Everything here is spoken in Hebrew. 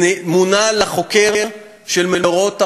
מונה לחוקר של מאורעות תרפ"ט,